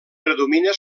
predomina